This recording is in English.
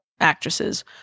actresses